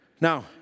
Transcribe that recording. Now